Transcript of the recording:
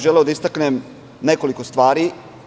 Želeo bih da istaknem nekoliko stvari.